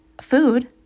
food